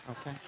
okay